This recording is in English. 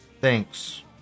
Thanks